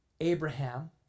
Abraham